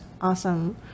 awesome